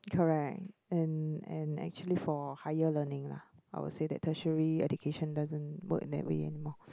correct and and actually for higher learning lah I would say that treasury education doesn't work in that way anymore